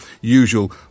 usual